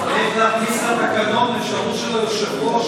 צריך להכניס לתקנון אפשרות של היושב-ראש